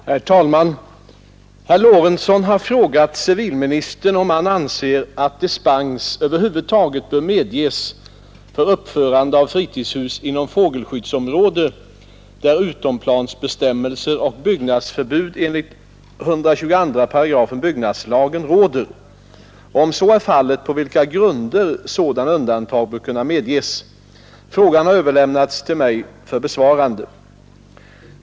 Herr talman! Herr Lorentzon har frågat civilministern om han anser att dispens över huvud taget bör medges för uppförande av fritidshus inom fågelskyddsområde, där utomplansbestämmelser och byggnadsförbud enligt 122 § byggnadslagen råder och, om så är fallet, på vilka grunder sådana undantag bör kunna medges. Frågan har överlämnats till mig för besvarande.